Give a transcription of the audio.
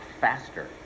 faster